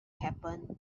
happen